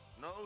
No